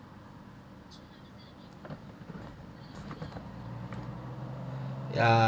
ya